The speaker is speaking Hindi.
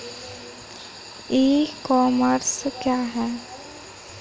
ई कॉमर्स क्या है?